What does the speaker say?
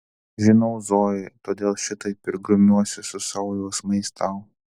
žinau zoja todėl šitaip ir grumiuosi su savo jausmais tau